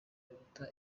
biruta